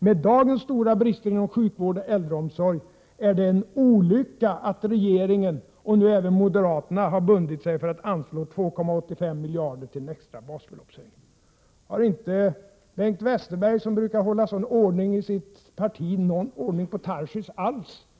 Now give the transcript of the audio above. Med dagens stora brister inom sjukvård och äldreomsorg är det en olycka att regeringen och nu även moderaterna har bundit sig för att anslå 2,85 miljarder till en extra basbeloppshöjning.” Har inte Bengt Westerberg, som brukar hålla sådan ordning i sitt parti, någon ordning alls på Daniel Tarschys?